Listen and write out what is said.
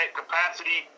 capacity